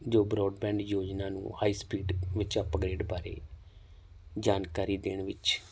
ਜੋ ਬਰੋਡਬੈਂਡ ਯੋਜਨਾ ਨੂੰ ਹਾਈ ਸਪੀਡ ਵਿੱਚ ਅਪਗਰੇਡ ਬਾਰੇ ਜਾਣਕਾਰੀ ਦੇਣ ਵਿੱਚ